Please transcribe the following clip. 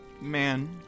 man